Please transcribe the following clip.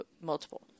multiple